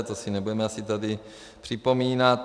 To si nebudeme asi tady připomínat.